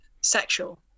sexual